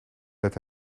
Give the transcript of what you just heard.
let